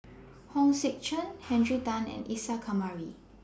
Hong Sek Chern Henry Tan and Isa Kamari